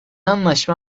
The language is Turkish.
anlaşma